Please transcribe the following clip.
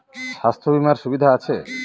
স্বাস্থ্য বিমার সুবিধা আছে?